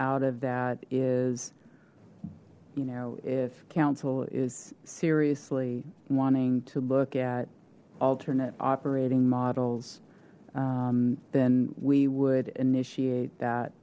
out of that is you know if council is seriously wanting to look at alternate operating models then we would initiate that